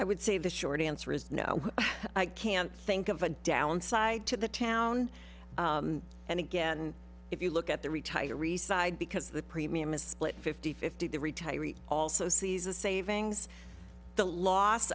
i would say the short answer is no i can't think of a downside to the town and again if you look at the retiree side because the premium is split fifty fifty the retiree also sees a savings the loss